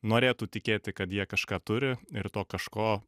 norėtų tikėti kad jie kažką turi ir to kažko